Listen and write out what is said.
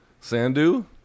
Sandu